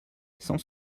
sans